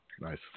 nice